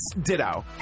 Ditto